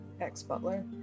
ex-butler